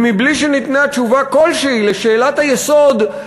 ובלי שניתנה תשובה כלשהי על שאלת היסוד,